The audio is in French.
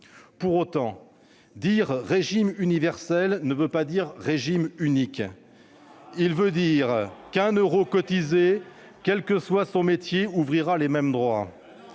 Pour autant, régime universel ne veut pas dire régime unique. Cela signifie qu'un euro cotisé, quel que soit le métier, ouvrira les mêmes droits.